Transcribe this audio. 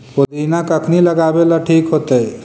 पुदिना कखिनी लगावेला ठिक होतइ?